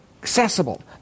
accessible